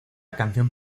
canción